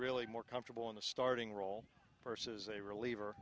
really more comfortable in a starting role versus a reliever